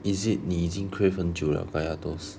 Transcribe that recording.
is it 你已经 crave 很久 liao kaya toast